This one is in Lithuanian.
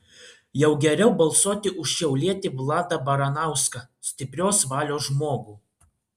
jau geriau balsuoti už šiaulietį vladą baranauską stiprios valios žmogų